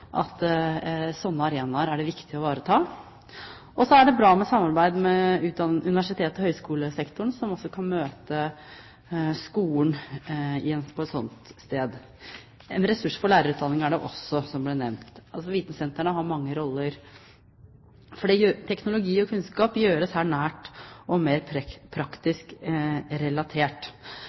at slike arenaer er det viktig å ivareta. Så er det bra med samarbeid med universitets- og høyskolesektoren, som også kan møte skolen på et slikt sted. En ressurs for lærerutdanningen er det også, som det ble nevnt. Vitensentrene har mange roller. Teknologi og kunnskap gjøres her nært og mer praktisk relatert.